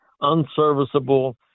unserviceable